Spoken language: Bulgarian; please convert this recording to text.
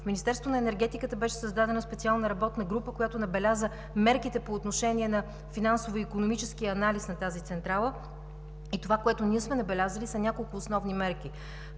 на енергетиката беше създадена специална работна група, която набеляза мерките по отношение на финансово-икономическия анализ на тази централа. Това, което ние сме набелязали, са няколко основни мерки.